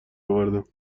اوردم